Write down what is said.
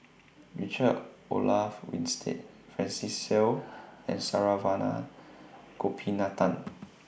Richard Olaf Winstedt Francis Seow and Saravanan Gopinathan